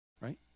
right